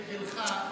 עקב גילך,